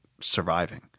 surviving